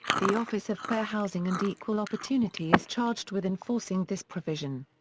the office of fair housing and equal opportunity is charged with enforcing this provision.